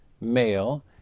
male